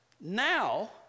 now